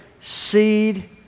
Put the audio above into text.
seed